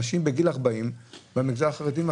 נשים בגיל 40 במגזר החרדי,